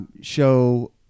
show